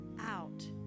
out